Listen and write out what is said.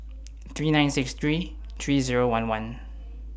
three nine six three three Zero one one